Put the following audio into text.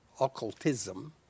occultism